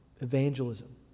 evangelism